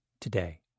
today